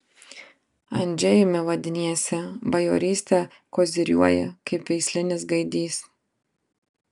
andžejumi vadiniesi bajoryste koziriuoji kaip veislinis gaidys